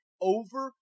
Over